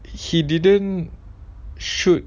she didn't shoot